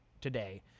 today